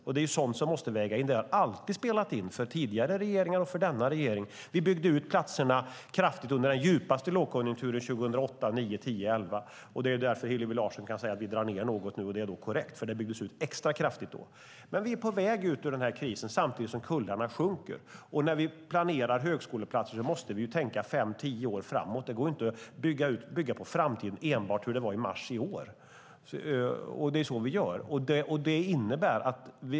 Det är sådant som måste vägas in. Det har alltid spelat in för denna regering och för tidigare regeringar. Vi byggde ut platserna kraftigt under den djupaste lågkonjunkturen 2008-2011. Det är därför Hillevi Larsson kan säga att vi nu drar ned något, och det är då korrekt, för det gjordes en extra kraftig utbyggnad tidigare. Vi är på väg ut ur krisen samtidigt som kullarna sjunker. När vi planerar högskoleplatser måste vi tänka fem tio år framåt. Det går inte att bygga framtiden enbart efter hur det var i mars i år.